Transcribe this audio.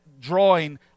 drawing